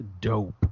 dope